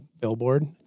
billboard